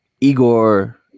Igor